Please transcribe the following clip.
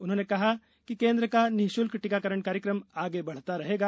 उन्होंने कहा कि केन्द्र का निश्ल्क टीकाकरण कार्यक्रम आगे बढ़ता रहेगा